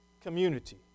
community